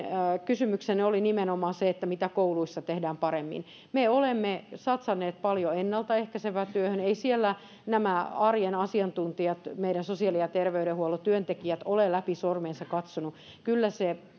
kysymyksenne oli nimenomaan se mitä kouluissa tehdään paremmin me olemme satsanneet paljon ennalta ehkäisevään työhön eivät siellä nämä arjen asiantuntijat meidän sosiaali ja terveydenhuollon työntekijät ole läpi sormiensa katsoneet kyllä se